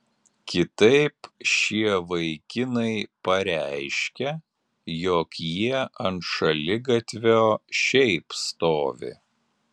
kitaip šie vaikinai pareiškia jog jie ant šaligatvio šiaip stovi